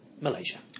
Malaysia